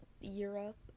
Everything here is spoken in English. Europe